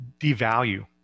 devalue